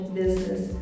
business